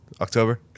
October